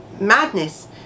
madness